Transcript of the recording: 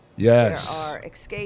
Yes